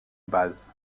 base